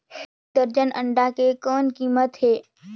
एक दर्जन अंडा के कौन कीमत हे?